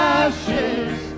ashes